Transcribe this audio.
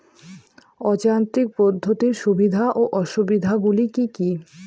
অযান্ত্রিক পদ্ধতির সুবিধা ও অসুবিধা গুলি কি কি?